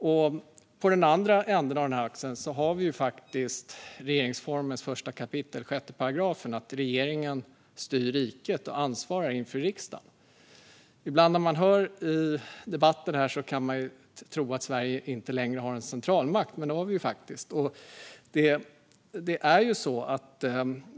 I den andra änden har vi 1 kap. 6 § regeringsformen, det vill säga att regeringen styr riket och ansvarar inför riksdagen. När man hör debatten här kan man ibland tro att Sverige inte längre har en centralmakt, men det har vi faktiskt.